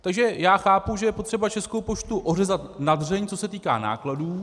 Takže chápu, že je potřeba Českou poštu ořezat na dřeň, co se týká nákladů.